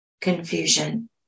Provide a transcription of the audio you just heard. confusion